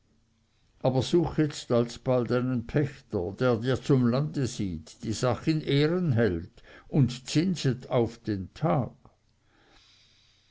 aber such jetzt alsbald einen pächter der dir zum land sieht die sach in ehren hält und zinset auf den tag